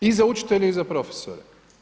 I za učitelje i za profesore.